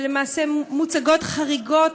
ולמעשה מוצגות חריגות,